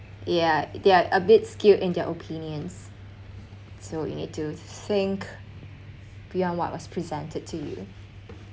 yeah they are a bit skewed in their opinions so you need to think beyond what was presented to you